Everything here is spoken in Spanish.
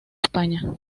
españa